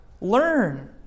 Learn